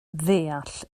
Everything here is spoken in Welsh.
ddeall